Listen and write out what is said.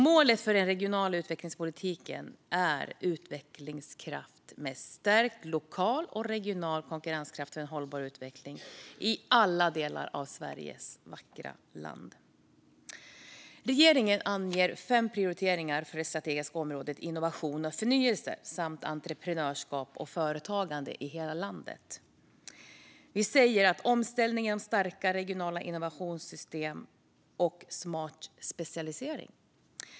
Målet för den regionala utvecklingspolitiken är utvecklingskraft med stärkt lokal och regional konkurrenskraft för en hållbar utveckling i alla delar av Sveriges vackra land. Regeringen anger fem prioriteringar för det strategiska området innovation och förnyelse samt entreprenörskap och företagande i hela landet. Det handlar om omställning genom starka regionala innovationssystem och smart specialisering.